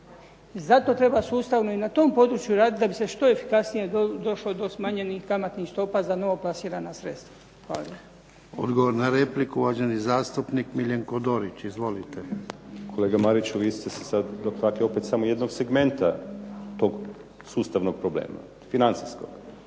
zato treba sustavno i na tom području raditi da bi se što efikasnije došlo do smanjenih kamatnih stopa za novo plasirana sredstva. Hvala lijepa. **Jarnjak, Ivan (HDZ)** Odgovor na repliku, uvaženi zastupnik Miljenko Dorić. Izvolite. **Dorić, Miljenko (HNS)** Kolega Mariću vi ste se sad dotakli opet samo jednog segmenta tog sustavnog problema, financijskog.